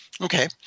Okay